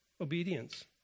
Obedience